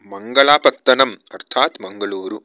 मङ्गलापत्तनम् अर्थात् मङ्गलूरु